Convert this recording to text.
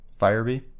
Firebee